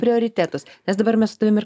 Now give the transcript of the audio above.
prioritetus nes dabar mes su tavim ir